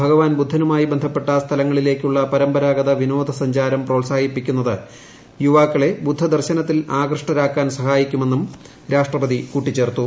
ഭഗവാൻ ബുദ്ധനുമായി ബന്ധപ്പെട്ട സ്ഥലങ്ങളിലേക്കുള്ള പരമ്പരാഗത വിനോദസഞ്ചാരം പ്രോത്സാഹിപ്പിക്കുന്നത് യുവാക്കളെ ബുദ്ധദർശനത്തിൽ ആകൃഷ്ടരാകാൻ സഹായിക്കുമെന്നും രാഷ്ട്രപതി കൂട്ടിച്ചേർത്തു